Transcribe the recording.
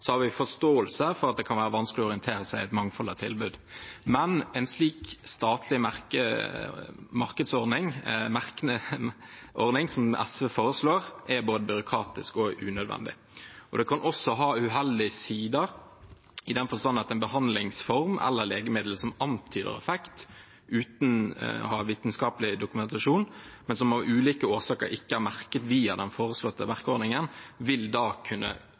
har vi forståelse for at det kan være vanskelig å orientere seg i et mangfold av tilbud. Men en slik statlig merkeordning som SV foreslår, er både byråkratisk og unødvendig. Det kan også ha uheldige sider, i den forstand at en behandlingsform eller legemidler som antyder effekt uten å ha vitenskapelig dokumentasjon, men som av ulike årsaker ikke er merket via den foreslåtte merkeordningen, da muligens vil kunne